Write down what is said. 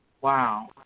Wow